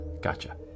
Gotcha